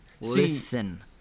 Listen